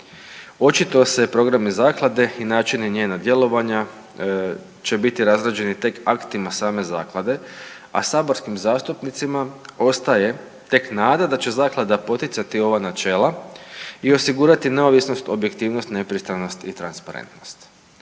Očito se programi zaklade i načina njena djelovanja će biti razrađeni tek aktima same zaklade, a saborskim zastupnicima ostaje tek nada da će zaklada poticati ova načina i osigurati neovisnost, objektivnost, nepristranost i transparentnost.